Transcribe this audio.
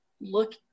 look